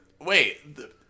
Wait